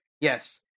Yes